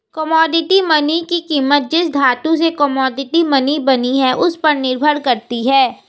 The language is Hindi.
कोमोडिटी मनी की कीमत जिस धातु से कोमोडिटी मनी बनी है उस पर निर्भर करती है